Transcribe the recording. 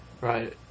Right